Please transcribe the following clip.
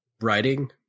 writing